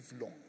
long